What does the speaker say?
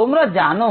তোমরা জানো